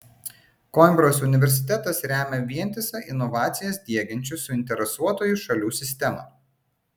koimbros universitetas remia vientisą inovacijas diegiančių suinteresuotųjų šalių sistemą